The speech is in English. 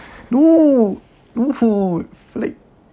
no no flag